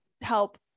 help